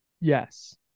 yes